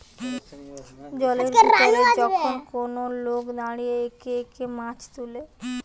জলের ভিতরে যখন কোন লোক দাঁড়িয়ে একে একে মাছ তুলে